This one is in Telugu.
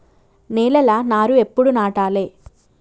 నేలలా నారు ఎప్పుడు నాటాలె?